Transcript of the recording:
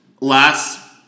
Last